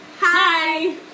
Hi